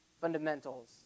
fundamentals